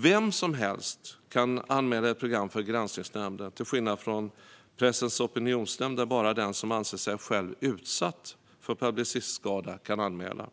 Vem som helst kan anmäla ett program till Granskningsnämnden, till skillnad från Pressens opinionsnämnd, där bara den som anser sig själv utsatt för publicitetsskada kan anmäla.